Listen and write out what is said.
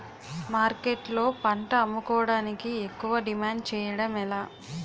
మార్కెట్లో పంట అమ్ముకోడానికి ఎక్కువ డిమాండ్ చేయడం ఎలా?